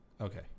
Okay